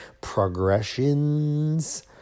progressions